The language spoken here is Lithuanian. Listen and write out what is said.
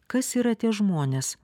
kas yra tie žmonės